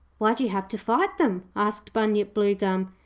why do you have to fight them asked bunyip bluegum.